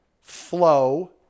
flow